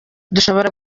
dushobora